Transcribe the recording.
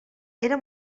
era